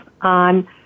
On